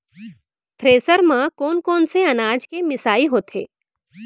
Thresher म कोन कोन से अनाज के मिसाई होथे?